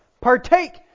partake